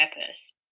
purpose